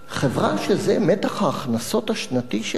חברה שזה מתח ההכנסות השנתי שלה,